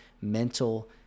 mental